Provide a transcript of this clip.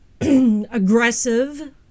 aggressive